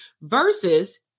versus